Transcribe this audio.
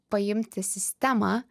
paimti sistemą